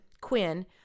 quinn